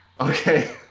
Okay